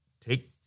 take